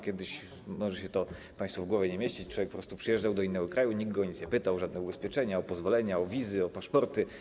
Kiedyś - może się to państwu w głowie nie mieścić - człowiek po prostu przyjeżdżał do innego kraju i nikt go o nic nie pytał, o żadne ubezpieczenia, o pozwolenia, o wizy, o paszporty.